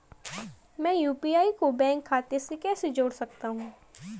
मैं यू.पी.आई को बैंक खाते से कैसे जोड़ सकता हूँ?